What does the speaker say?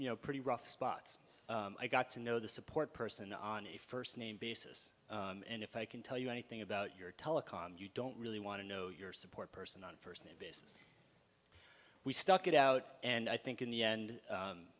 you know pretty rough spots i got to know the support person on a first name basis and if i can tell you anything about your telecom you don't really want to know your support person on for we stuck it out and i think in the end